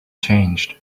changed